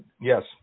Yes